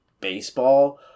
baseball